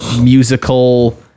musical